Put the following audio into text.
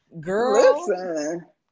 Girl